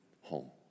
home